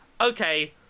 okay